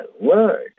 word